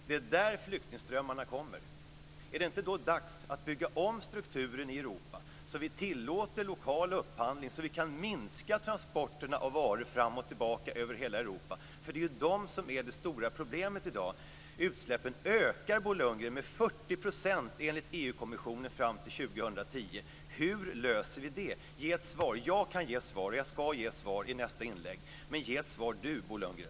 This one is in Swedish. Det är där som flyktingströmmarna kommer. Är det då inte dags att bygga om strukturen i Europa, så att vi tillåter lokal upphandling, så att vi kan minska transporterna av varor fram och tillbaka över hela Europa. Det är ju dessa transporter som är det stora problemet i dag. 2010 enligt Europeiska kommissionen. Hur löser vi det? Ge ett svar. Jag kan ge svar, och jag ska ge svar i nästa inlägg. Men ge ett svar, Bo Lundgren.